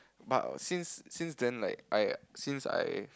but since since them like I since I